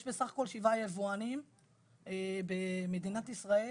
יש בסך הכול שבעה יבואנים במדינת ישראל